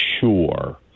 sure